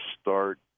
start